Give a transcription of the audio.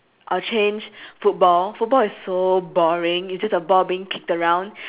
I'll change football football is so boring it's just a ball being kicked around